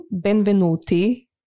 benvenuti